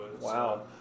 wow